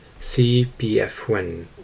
CPF1